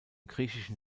griechischen